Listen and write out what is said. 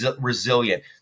resilient